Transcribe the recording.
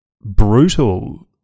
brutal